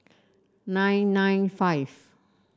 nine nine five